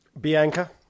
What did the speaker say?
Bianca